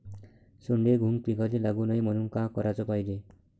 सोंडे, घुंग पिकाले लागू नये म्हनून का कराच पायजे?